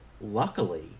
luckily